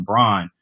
LeBron